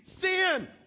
sin